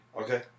Okay